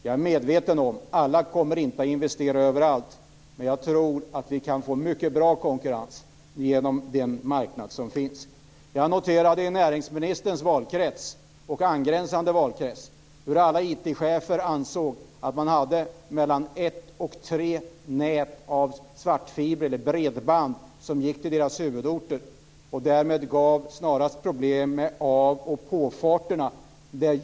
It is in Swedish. Jag är medveten om att alla inte kommer att investera överallt. Men jag tror att vi kan få mycket bra konkurrens genom den marknad som finns. Jag noterade att alla IT-chefer i näringsministerns valkrets och angränsande valkrets ansåg att man hade mellan ett och tre nät av svartfiber eller bredband som gick till deras huvudorter och därmed snarast gav problem med av och påfarterna där.